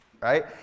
Right